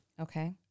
Okay